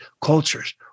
cultures